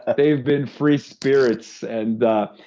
they have been free spirits and the,